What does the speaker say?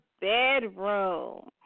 bedroom